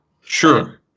Sure